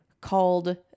called